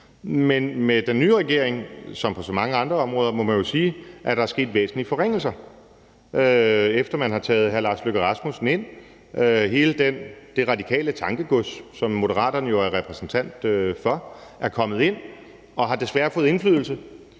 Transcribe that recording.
Men med den nye regering, må man sige, at der som på så mange andre områder er sket væsentlige forringelser, altså efter at man har taget hr. Lars Løkke Rasmussen ind. Hele det radikale tankegods, som Moderaterne jo er repræsentanter for, er kommet ind og har desværre fået indflydelse